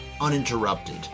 uninterrupted